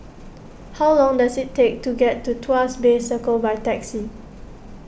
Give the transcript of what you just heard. how long does it take to get to Tuas Bay Circle by taxi